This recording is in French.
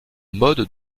mode